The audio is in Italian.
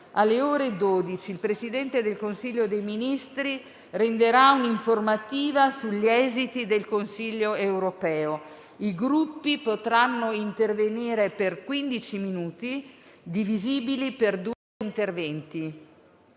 Alle ore 12 il Presidente del Consiglio dei ministri renderà un'informativa sugli esiti del Consiglio europeo. I Gruppi potranno intervenire per quindici minuti, divisibili per due interventi.